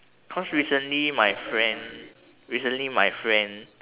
cause recently my friend recently my friend